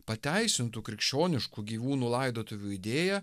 pateisintų krikščioniškų gyvūnų laidotuvių idėją